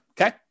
Okay